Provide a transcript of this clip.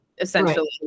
essentially